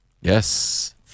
Yes